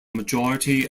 majority